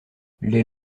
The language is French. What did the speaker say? les